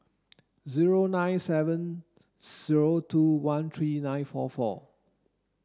zero nine seven throw two one three nine four four